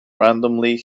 randomly